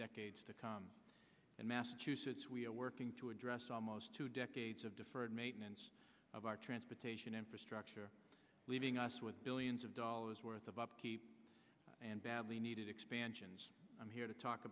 decades to come in massachusetts we are working to address almost two decades of deferred maintenance of our transportation infrastructure leaving us with billions of dollars worth of upkeep and badly needed expansions i'm here to talk